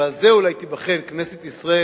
ועל זה אולי תיבחן כנסת ישראל